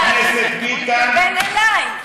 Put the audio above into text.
חבר הכנסת ביטן, הוא התכוון אלי, הוא התכוון אלי.